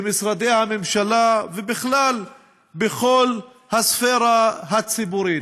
במשרדי הממשלה, ובכלל, בכל הספֵרה הציבורית.